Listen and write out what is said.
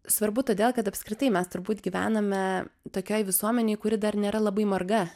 svarbu todėl kad apskritai mes turbūt gyvename tokioj visuomenėj kuri dar nėra labai marga